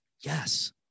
Yes